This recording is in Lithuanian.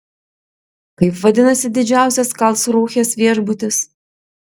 kaip vadinasi didžiausias karlsrūhės viešbutis